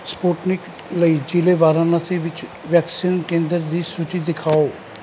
Sputnik ਲਈ ਜ਼ਿਲੇ ਵਾਰਾਣਸੀ ਵਿੱਚ ਵੈਕਸੀਨ ਕੇਂਦਰ ਦੀ ਸੂਚੀ ਦਿਖਾਓ